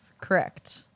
correct